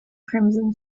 crimson